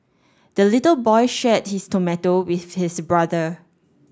the little boy shared his tomato with his brother